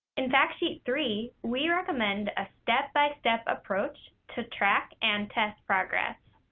in fact sheet three, we recommend a step-by-step approach to track and test progress.